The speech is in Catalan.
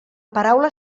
paraula